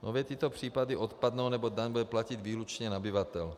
Nově tyto případy odpadnou, neboť daň bude platit výlučně nabyvatel.